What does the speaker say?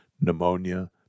pneumonia